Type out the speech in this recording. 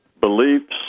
beliefs